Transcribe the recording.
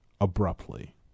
abruptly